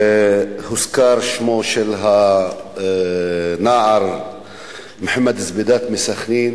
הוזכר שמו של הנער מוחמד זבידאת מסח'נין,